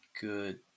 good